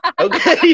Okay